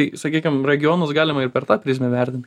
tai sakykim regionus galima ir per tą prizmę vertint